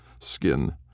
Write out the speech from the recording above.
skin